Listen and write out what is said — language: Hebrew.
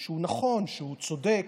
שהוא נכון, שהוא צודק,